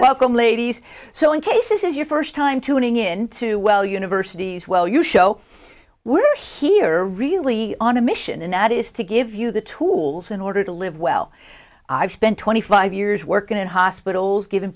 welcome ladies so in case this is your first time tuning into well universities well you show we're here really on a mission and that is to give you the tools in order to live well i've spent twenty five years working in hospitals giv